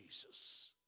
Jesus